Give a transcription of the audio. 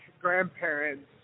grandparents